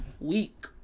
week